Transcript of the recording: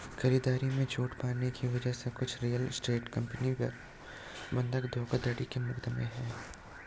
खरीदारी में छूट छुपाने की वजह से कुछ रियल एस्टेट कंपनियों पर बंधक धोखाधड़ी के मुकदमे हैं